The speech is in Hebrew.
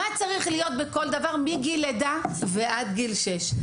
מה צריך להיות בכל דבר מגיל לידה ועד גיל שש.